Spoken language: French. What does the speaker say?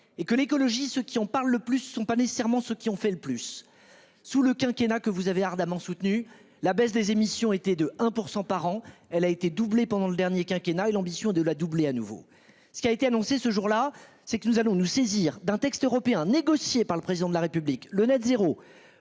et que l'écologie ce qui en parlent le plus sont pas nécessairement ceux qui ont fait le plus. Sous le quinquennat que vous avez ardemment soutenu la baisse des émissions était de 1% par an, elle a été doublé pendant le dernier quinquennat et l'ambition de la doubler à nouveau ce qui a été annoncé ce jour là, c'est que nous allons nous saisir d'un texte européen négocié par le président de la République le Net zéro